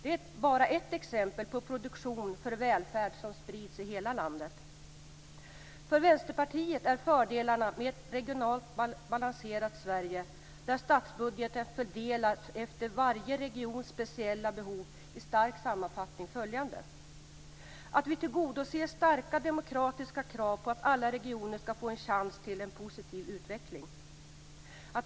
Det är ett exempel på produktion för välfärd som sprids i hela landet. För Vänsterpartiet är fördelarna med ett regionalt balanserat Sverige där statsbudgeten fördelas efter varje regions speciella behov i sammanfattning följande: · Vi tillgodoser starka demokratiska krav på att alla regioner skall få en chans till en positiv utveckling.